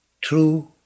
true